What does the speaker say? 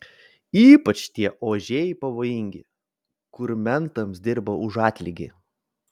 ypač tie ožiai pavojingi kur mentams dirba už atlygį